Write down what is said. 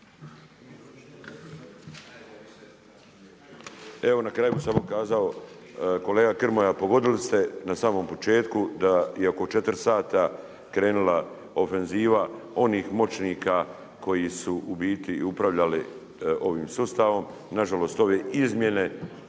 Evo na kraju bih samo kazao kolega Grmoja pogodili ste na samom početku da je oko 4 sata krenula ofenziva onih moćnika koji su u biti i upravljali ovim sustavom. Na žalost ove izmjene